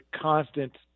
constant